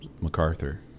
MacArthur